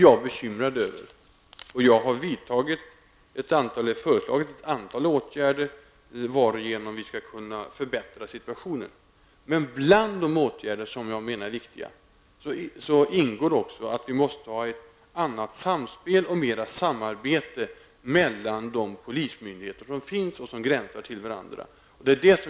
Jag har föreslagit ett antal åtgärder, varigenom vi skall kunna förbättra situationen. Bland de åtgärder som jag menar är viktiga ingår också ett samspel och bättre samarbete mellan de polismyndigheter som gränsar till varandra.